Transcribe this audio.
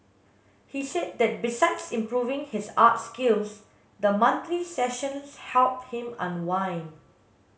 he said that besides improving his art skills the monthly sessions help him unwind